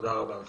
תודה רבה לכם.